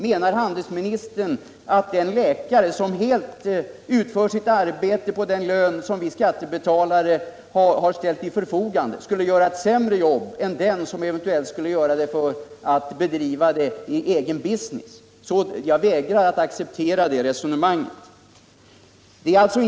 Menar handelsministern att den läkare, som utför sitt arbete helt på den lön som vi skattebetalare har ställt till förfogande, skulle göra ett sämre jobb än den som eventuellt bedriver sitt arbete i egen business? Jag vägrar att acceptera ett sådant resonemang.